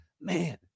Man